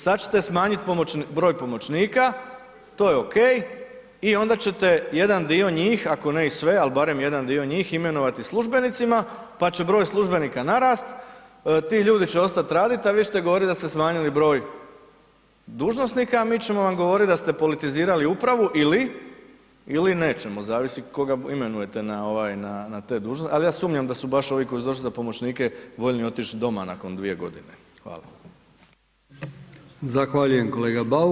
Sad ćete smanjiti broj pomoćnika, to je ok i onda ćete jedan dio njih ako ne i sve ali barem jedan dio njih imenovati službenicima pa će broj službenika narasti, ti ljudi će ostat radit a vi ćete govoriti da ste smanjili broj dužnosnika a mi ćemo vam govorit da ste politizirali upravu ili nećemo, zavisi koga imenujete na te dužnosti ali ja sumnjam da su ovi koji su došli za pomoćnike, voljni otić doma nakon 2 g., hvala.